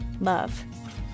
Love